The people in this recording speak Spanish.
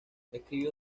escribió